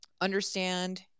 understand